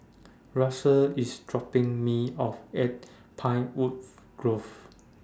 Russell IS dropping Me off At Pinewood Grove